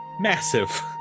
Massive